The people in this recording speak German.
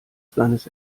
seines